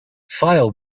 file